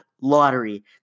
lottery